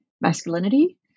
masculinity